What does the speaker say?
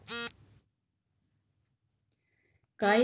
ಕಾಯಿ ಕೊರಕ ಕೀಟಗಳ ನಿರ್ವಹಣೆ ಹೇಗೆ ಮಾಡಬಹುದು?